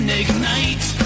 ignite